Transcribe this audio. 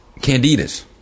Candidas